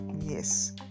Yes